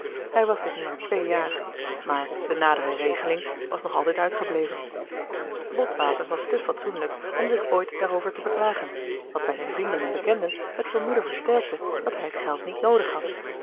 hij was dit nu al twee jaar maar de nadere regeling was nog altijd uitgebleven botwater was te fatsoenlijk om zich ooit daarover te beklagen wat bij zijne vrienden en bekenden het vermoeden versterkte dat hij het geld niet noodig had